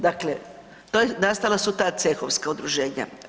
Dakle, nastala su ta cehovska udruženja.